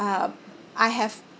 uh I have